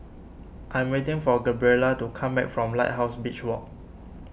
I am waiting for Gabriela to come back from Lighthouse Beach Walk